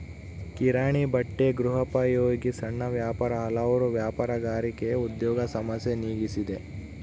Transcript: ಕಿರಾಣಿ ಬಟ್ಟೆ ಗೃಹೋಪಯೋಗಿ ಸಣ್ಣ ವ್ಯಾಪಾರ ಹಲವಾರು ವ್ಯಾಪಾರಗಾರರಿಗೆ ಉದ್ಯೋಗ ಸಮಸ್ಯೆ ನೀಗಿಸಿದೆ